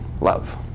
love